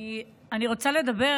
אני רוצה לדבר